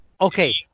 okay